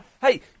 Hey